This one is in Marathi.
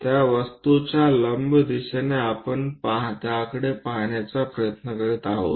त्या वस्तूच्या लंब दिशेने आपण त्याकडे पाहण्याचा प्रयत्न करीत आहोत